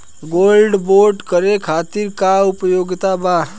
Gold bond करे खातिर का योग्यता बा?